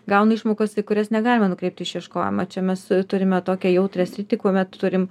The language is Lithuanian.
gauna išmokas į kurias negalima nukreipti išieškojimo čia mes turime tokią jautrią sritį kuomet turim